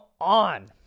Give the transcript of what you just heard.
on